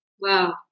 Wow